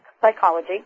psychology